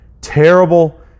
terrible